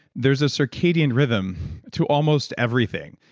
there's a circadian rhythm to almost everything.